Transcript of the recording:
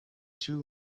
two